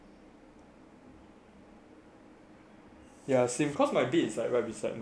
ya same cause my bed right beside my study table